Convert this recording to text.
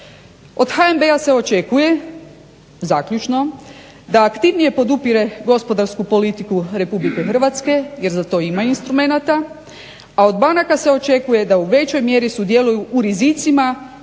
Od HNB-a se očekuje, zaključno, da aktivnije podupire gospodarsku politiku Republike Hrvatske jer za to ima instrumenata, a od banaka se očekuje da u većoj mjeri sudjeluju u rizicima,